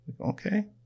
Okay